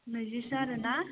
नैजिसो आरो ना